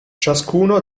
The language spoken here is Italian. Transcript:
ciascuno